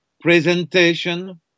presentation